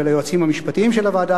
וליועצים המשפטיים של הוועדה,